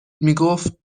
میگفت